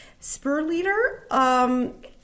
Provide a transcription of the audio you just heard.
Spurleader